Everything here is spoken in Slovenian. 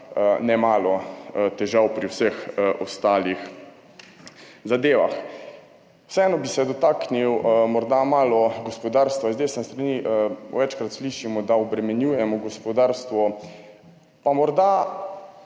nemalo težav pri vseh ostalih zadevah. Vseeno bi se morda malo dotaknil gospodarstva. Z desne strani večkrat slišimo, da obremenjujemo gospodarstvo, pa morda